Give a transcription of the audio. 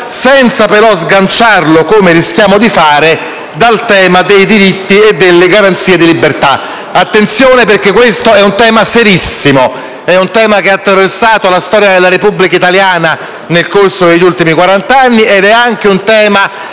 senza sganciarlo però - come pure rischiamo di fare - dal tema dei diritti e delle garanzie di libertà. Attenzione, perché questo è un tema serissimo; è un tema che ha attraversato la storia della Repubblica italiana nel corso degli ultimi quarant'anni ed è un tema